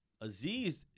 Aziz